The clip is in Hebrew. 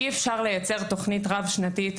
אי אפשר לייצר תוכנית רב שנתית,